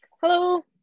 Hello